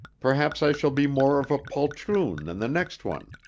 perhaps i shall be more of a poltroon than the next one.